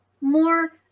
more